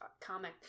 comic